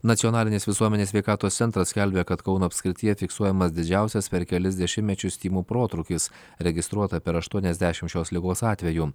nacionalinis visuomenės sveikatos centras skelbia kad kauno apskrityje fiksuojamas didžiausias per kelis dešimmečius tymų protrūkis registruota per aštuoniasdešim šios ligos atvejų